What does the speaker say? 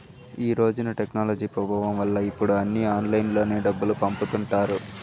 ఈ రోజున టెక్నాలజీ ప్రభావం వల్ల ఇప్పుడు అన్నీ ఆన్లైన్లోనే డబ్బులు పంపుతుంటారు